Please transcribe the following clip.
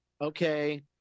Okay